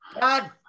God